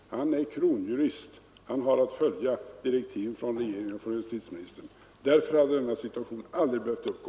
Han är kronjurist. Han har att följa direktiven från regeringen och från justitieministern. Därför hade denna situation aldrig behövt uppstå.